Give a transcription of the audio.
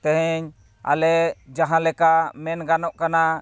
ᱛᱮᱦᱮᱧ ᱟᱞᱮ ᱡᱟᱦᱟᱸᱞᱮᱠᱟ ᱢᱮᱱ ᱜᱟᱱᱚᱜ ᱠᱟᱱᱟ